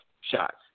shots